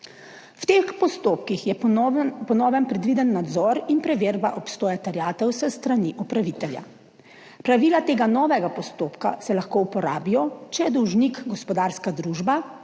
V teh postopkih je po novem predviden nadzor in preverba obstoja terjatev s strani upravitelja. Pravila tega novega postopka se lahko uporabijo, če je dolžnik gospodarska družba,